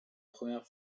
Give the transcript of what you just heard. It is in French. première